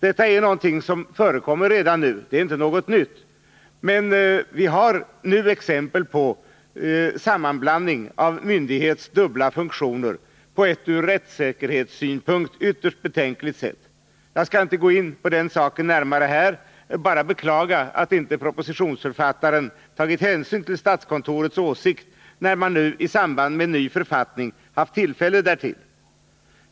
Detta är någonting som förekommer redan nu, men det är inte något nytt. Vi har nu exempel på sammanblandning av myndighets dubbla funktioner på ett ur rättssäkerhetssynpunkt ytterst betänkligt sätt. Jag skall inte gå in närmare på den saken här, utan vill bara beklaga att inte propositionsförfattaren tagit hänsyn till statskontorets åsikt när man nu i samband med ny författning haft tillfälle därtill.